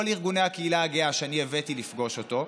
ארגוני הקהילה הגאה שהבאתי לפגוש אותו.